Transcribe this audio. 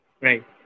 Right